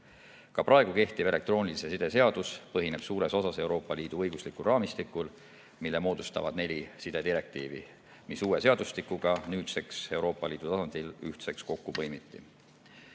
Ka praegu kehtiv elektroonilise side seadus põhineb suures osas Euroopa Liidu õigusraamistikul, mille moodustavad neli sidedirektiivi, mis uue seadustikuga nüüdseks Euroopa Liidu tasandil ühtseks kokku põimiti.